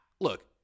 look